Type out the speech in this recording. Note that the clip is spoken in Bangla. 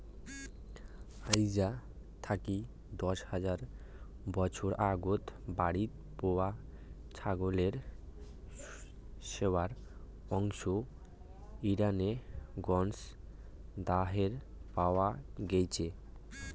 আইজ থাকি দশ হাজার বছর আগত বাড়িত পোষা ছাগলের শেশুয়া অংশ ইরানের গঞ্জ দারেহে পাওয়া গেইচে